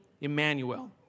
Emmanuel